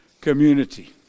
community